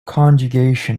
conjugation